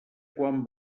quan